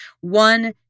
One